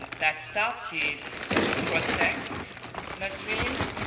that started to protect muslims,